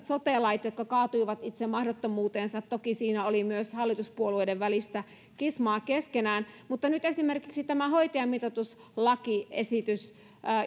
sote lait jotka kaatuivat itse mahdottomuuteensa toki siinä oli myös hallituspuolueiden välistä skismaa keskenään mutta nyt esimerkiksi tämä hoitajamitoituslakiesitys